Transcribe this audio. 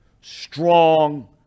strong